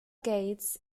gates